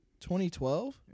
2012